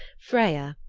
freya,